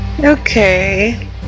Okay